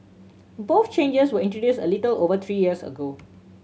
both changes were introduced a little over three years ago